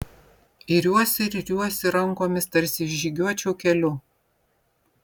iriuosi ir iriuosi rankomis tarsi žygiuočiau keliu